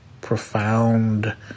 profound